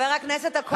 חבר הכנסת אקוניס.